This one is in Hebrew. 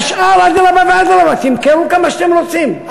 והשאר, אדרבה ואדרבה, תמכרו כמה שאתם רוצים.